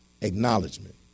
Acknowledgement